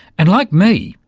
and, like me,